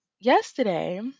yesterday